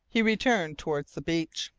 he returned towards the beach.